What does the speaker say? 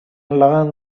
learn